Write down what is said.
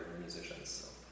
musicians